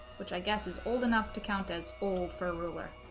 which i guess is old enough to count as old for a ruler